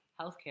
Healthcare